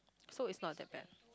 so is not that bad